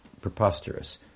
preposterous